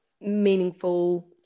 meaningful